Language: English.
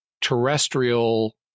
terrestrial